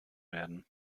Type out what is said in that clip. werden